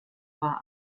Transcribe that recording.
war